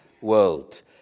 world